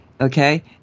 okay